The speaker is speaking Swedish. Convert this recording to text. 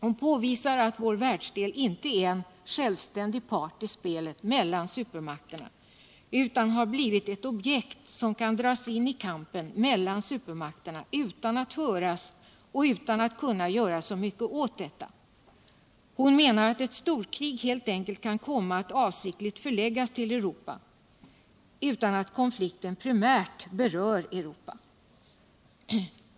Hon påvisar alt vår världsdel inte är en självständig part i spelet mellan supermakterna utan har blivit ett objekt, som kan dras in I kampen mellan supermakterna utan att höras och utan att kunna göra så mycket åt detta. Hon menar att ett storkrig helt enkelt kan komma att avsiktligt förläggas till Furopa utan att konflikten primärt berör Europa.